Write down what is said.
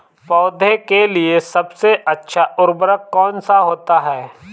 पौधे के लिए सबसे अच्छा उर्वरक कौन सा होता है?